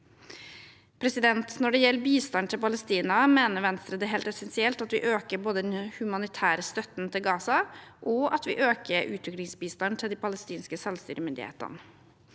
i Gaza. Når det gjelder bistand til Palestina, mener Venstre det er helt essensielt at vi øker både den humanitære støtten til Gaza og utviklingsbistanden til de palestinske selvstyremyndighetene.